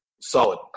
solid